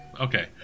Okay